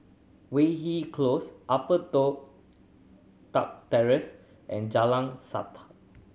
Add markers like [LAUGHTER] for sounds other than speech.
Weyhill Close Upper Toh Tuck Terrace and Jalan [UNINTELLIGIBLE]